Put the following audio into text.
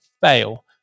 fail